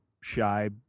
shy